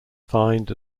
find